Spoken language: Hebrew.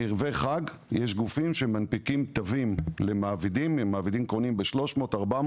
בערבי חג יש גופים שמנפיקים תווים למעבידים ב-300 ₪,